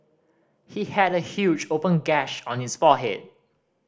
he had a huge open gash on his forehead